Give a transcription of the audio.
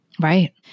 Right